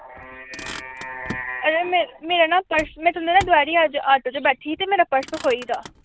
एह् मे मेरा ना पर्स में तुंटदे ना दपैह्री अज्ज आटो च बैठी ही ते मेरा पर्स खोई गेदा